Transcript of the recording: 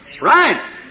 Right